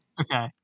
Okay